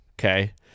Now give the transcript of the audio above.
okay